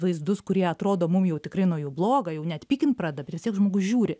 vaizdus kurie atrodo mum jau tikrai nuo jų bloga jau net pykint pradeda bet vis tiek žmogus žiūri